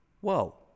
whoa